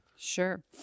Sure